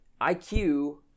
IQ